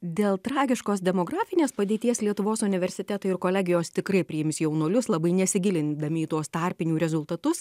dėl tragiškos demografinės padėties lietuvos universitetai ir kolegijos tikrai priims jaunuolius labai nesigilindami į tuos tarpinių rezultatus